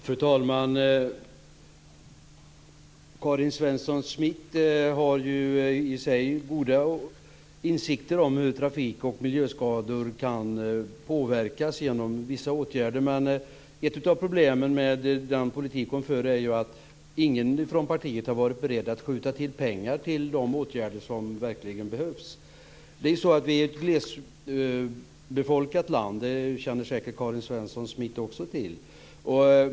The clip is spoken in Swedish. Fru talman! Karin Svensson Smith har i och för sig goda insikter om hur trafik och miljöskador kan påverkas genom vissa åtgärder. Men ett av problemen med den politik hon för är ju att ingen från partiet har varit beredd att skjuta till pengar till de åtgärder som verkligen behövs. Vi är ju ett glesbefolkat land, det känner säkert också Karin Svensson Smith till.